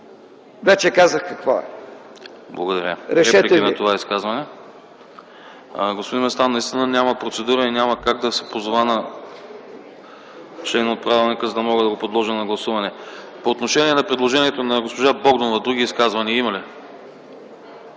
вече казах какво е. Решете вие.